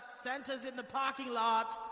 santa's in the parking lot.